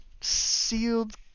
sealed